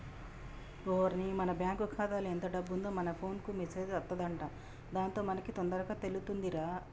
ఓరిని మన బ్యాంకు ఖాతాలో ఎంత డబ్బు ఉందో మన ఫోన్ కు మెసేజ్ అత్తదంట దాంతో మనకి తొందరగా తెలుతుందిరా